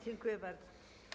Dziękuję bardzo.